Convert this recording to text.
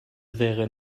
wäre